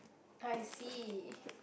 I see